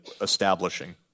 establishing